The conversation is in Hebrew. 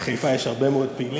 בחיפה יש הרבה מאוד פעילים,